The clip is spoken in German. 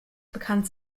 bekannt